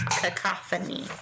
cacophony